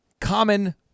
Common